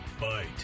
bite